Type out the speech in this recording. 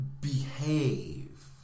Behave